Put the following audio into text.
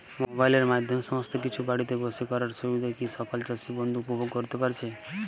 মোবাইলের মাধ্যমে সমস্ত কিছু বাড়িতে বসে করার সুবিধা কি সকল চাষী বন্ধু উপভোগ করতে পারছে?